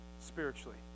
spiritually